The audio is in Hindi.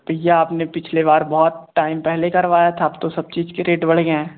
भैया आप ने पिछली बार बहुत टाइम पहले करवाया था तो सब चीज़ के रेट बढ़ गए हैं